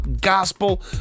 gospel